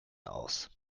aus